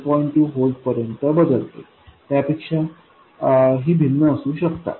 2 volt पर्यंत बदलते त्यापेक्षा ही भिन्न असू शकतात